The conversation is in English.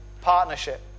partnership